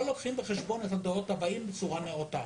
לא לוקחים בחשבון את הדורות הבאים בצורה נאותה.